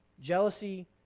Jealousy